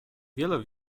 wiele